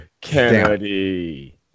Kennedy